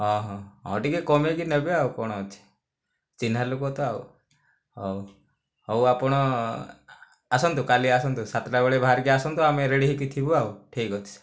ହଁ ହଁ ହଁ ଟିକେ କମେଇକି ନେବେ ଆଉ କଣ ଅଛି ଚିହ୍ନା ଲୋକ ତ ଆଉ ହେଉ ହେଉ ଆପଣ ଆସନ୍ତୁ କାଲି ଆସନ୍ତୁ ସାତଟା ବେଳେ ବାହାରିକି ଆସନ୍ତୁ ଆମେ ରେଡି ହୋଇକି ଥିବୁ ଆଉ ଠିକ ଅଛି